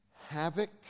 havoc